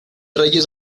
reyes